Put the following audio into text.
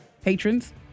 patrons